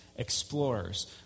Explorers